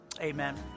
Amen